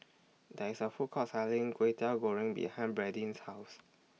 There IS A Food Court Selling Kway Teow Goreng behind Bradyn's House